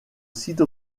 site